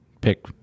pick